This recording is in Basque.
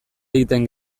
egiten